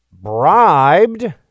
bribed